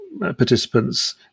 participants